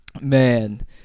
Man